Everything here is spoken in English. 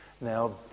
Now